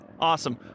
awesome